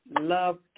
love